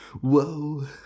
Whoa